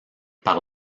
par